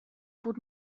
fod